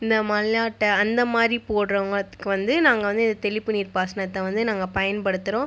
இந்த மல்யாட்ட அந்தமாதிரி போடுறவங்கத்துக்கு வந்து நாங்கள் வந்து தெளிப்பு நீர் பாசனத்தை வந்து நாங்கள் பயன்படுத்துறோம்